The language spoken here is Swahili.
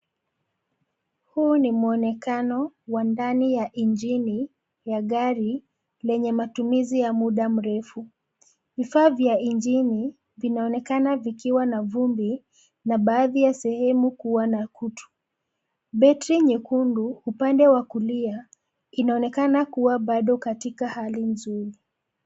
Huu ni mwonekano wa ndani ya injini ya gari lenye matumizi ya muda mrefu. Vifaa vya injini, vinaonekana vikiwa na vumbi na baadhi ya sehemu kuwa na kutu. Betri nyekundu upande wa kulia inaonekana kuwa bado katika hali nzuri.